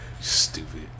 Stupid